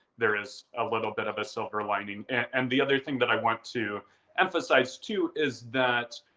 there is a little bit of a silver lining. and the other thing that i want to emphasize too is that